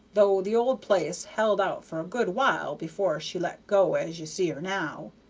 though the old place held out for a good while before she let go as ye see her now.